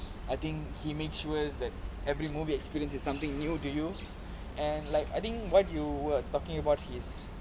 I think he made sure that every movie experience is something new to you and like I think what you were talking about his